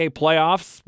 playoffs